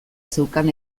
zeukan